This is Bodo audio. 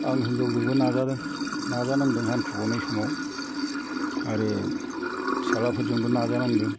आं हिन्जावजोंबो नाजादों नाजानांदों हान्थु गनाय समाव आरो फिसालाफोरजोंबो नाजानांदों